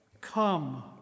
come